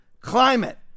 climate